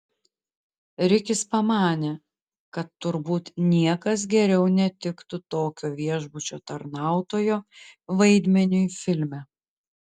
rikis pamanė kad turbūt niekas geriau netiktų tokio viešbučio tarnautojo vaidmeniui filme